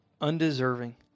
undeserving